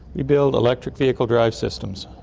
we build electric vehicle drive systems.